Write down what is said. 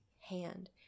hand